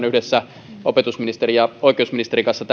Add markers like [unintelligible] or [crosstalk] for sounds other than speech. [unintelligible] yhdessä opetusministerin ja oikeusministerin kanssa [unintelligible]